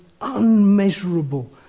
unmeasurable